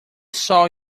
saw